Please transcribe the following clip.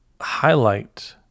highlight